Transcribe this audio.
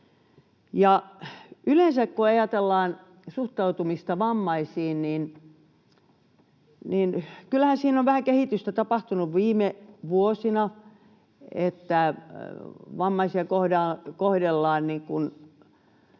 tulisi. Kun ajatellaan suhtautumista vammaisiin yleensä, niin kyllähän siinä on vähän kehitystä tapahtunut viime vuosina. Vammaisia kohdellaan